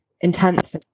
intense